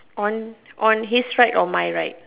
on on his right or my right